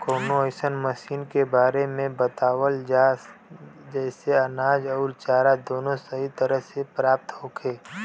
कवनो अइसन मशीन के बारे में बतावल जा जेसे अनाज अउर चारा दोनों सही तरह से प्राप्त होखे?